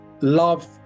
love